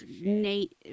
Nate